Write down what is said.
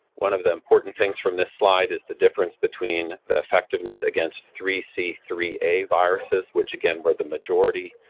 one of the important things from this slide is the difference between the effectiveness against three c three a viruses, which again were the majority,